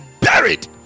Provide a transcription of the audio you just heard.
buried